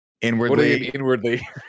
inwardly